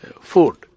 food